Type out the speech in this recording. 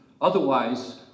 Otherwise